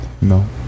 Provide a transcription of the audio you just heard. No